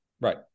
Right